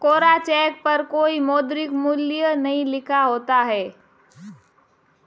कोरा cheque पर कोई मौद्रिक मूल्य नहीं लिखा होता है